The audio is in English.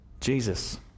Jesus